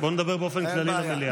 בוא נדבר באופן כללי למליאה.